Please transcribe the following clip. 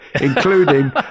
including